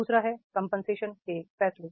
दू सरा है कंपनसेशन के फैसले